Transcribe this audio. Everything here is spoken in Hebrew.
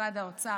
משרד האוצר,